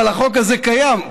אבל החוק הזה קיים.